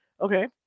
Okay